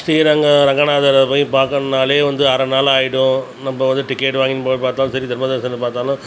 ஸ்ரீரங்கம் ரங்கநாதரப் போய் பார்க்கணுன்னாலே வந்து அரை நாள் ஆயிடும் நம்ப வந்து டிக்கெட் வாங்கின்னு போய் பார்த்தாலும் சரி தர்ம தரிசனத்தில் பார்த்தாலும்